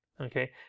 okay